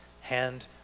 hand